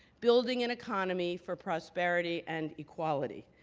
building an economy for prosperity and equality.